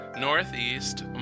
Northeast